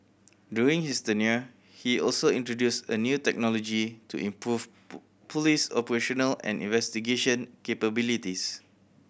during his tenure he also introduced a new technology to improve police operational and investigation capabilities